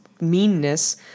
meanness